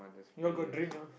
y'all got drink ah